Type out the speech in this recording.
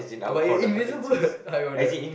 but you're invisible I got the